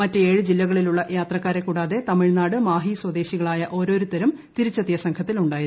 മറ്റ് ജില്ലകളിലുള്ള യാത്രക്കാരെ കൂടാതെ തമിഴ്നാട് മാഹി സ്വദേശികളായ ഓരോരുത്തരും തിരിച്ചെത്തിയ സംഘത്തിലുണ്ടായിരുന്നു